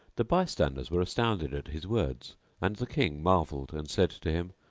the bystanders were astounded at his words and the king marvelled and said to him,